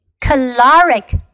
caloric